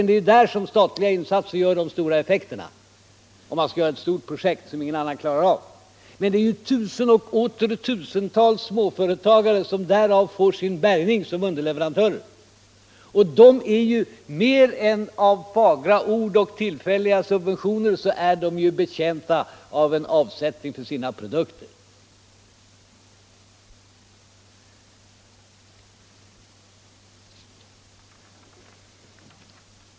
Det är där som statliga insatser får de stora effekterna, om man skall genomföra ett stort projekt som ingen annan klarar av. Men det är ju tusentals småföretagare som därav får sin bärgning som underleverantörer. Mer än av fagra ord och tillfälliga subventioner är de betjänta av en avsättning för sina produkter.